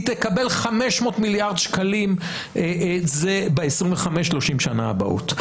היא תקבל 500 מיליארד שקלים ב-30-25 שנים הבאות.